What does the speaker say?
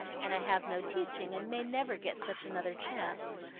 and i have no teaching, and may never get such another chance.